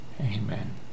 Amen